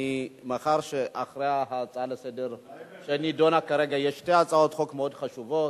אבל מאחר שאחרי ההצעה לסדר-היום שנדונה כרגע יש שתי הצעות מאוד חשובות,